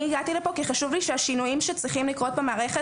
אני הגעתי לפה כי חשוב לי שהשינויים שצריכים לקרות במערכת,